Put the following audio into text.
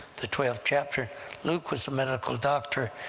the twelfth chapter luke was a medical doctor,